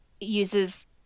uses